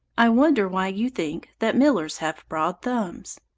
i wonder why you think that millers have broad thumbs?